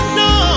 no